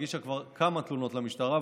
הגישה כבר כמה תלונות למשטרה,